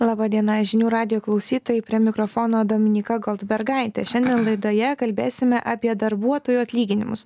laba diena žinių radijo klausytojai prie mikrofono dominyka goldbergaitė šiandien laidoje kalbėsime apie darbuotojų atlyginimus